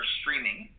streaming